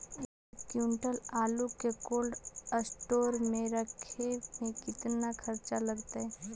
एक क्विंटल आलू के कोल्ड अस्टोर मे रखे मे केतना खरचा लगतइ?